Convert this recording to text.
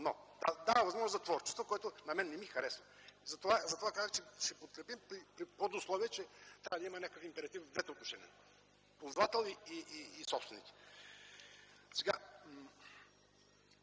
но дава възможност за творчество, което на мен не ми харесва. Затова казвам, че ще подкрепим при подусловие, че трябва да има някакъв императив в двете отношения – ползвател и собственик. Казвате